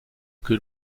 good